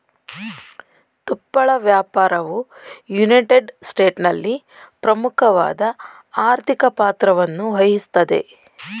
ತುಪ್ಪಳ ವ್ಯಾಪಾರವು ಯುನೈಟೆಡ್ ಸ್ಟೇಟ್ಸ್ನಲ್ಲಿ ಪ್ರಮುಖವಾದ ಆರ್ಥಿಕ ಪಾತ್ರವನ್ನುವಹಿಸ್ತದೆ